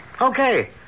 Okay